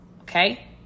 Okay